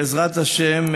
בעזרת השם,